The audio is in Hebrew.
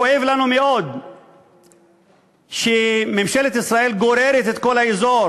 כואב לנו מאוד שממשלת ישראל גוררת את כל האזור